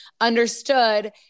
understood